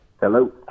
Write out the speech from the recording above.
Hello